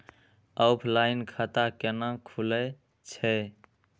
Offline खाता कैना खुलै छै?